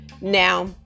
Now